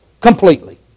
Completely